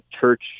church